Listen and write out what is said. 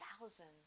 thousands